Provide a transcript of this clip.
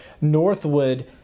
Northwood